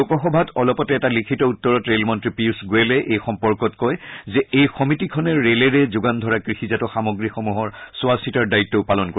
লোকসভাত অলপতে এটা লিখিত উত্তৰত ৰেলমন্ত্ৰী পীয়ুষ গোৱেলে এই সম্পৰ্কত কয় যে এই সমিতিখনে ৰেলেৰে যোগান ধৰা কৃষিজাত সামগ্ৰীসমূহৰ চোৱাচিতাৰ দায়িত্বও পালন কৰিব